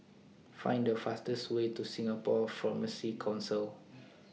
Find The fastest Way to Singapore Pharmacy Council